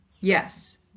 Yes